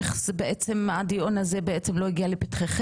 איך הדיון הזה בעצם לא הגיע לפתחכם,